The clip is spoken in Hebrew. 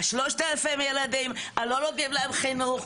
ה-3,000 ילדים הלא נותנים להם חינוך,